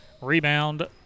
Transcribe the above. Rebound